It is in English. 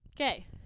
Okay